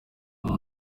imwe